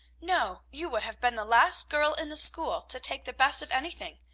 no you would have been the last girl in the school to take the best of anything,